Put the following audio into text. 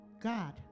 God